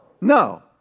No